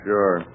Sure